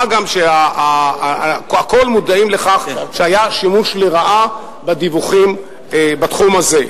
מה גם שהכול מודעים לכך שהיה שימוש לרעה בדיווחים בתחום הזה.